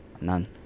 none